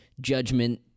judgment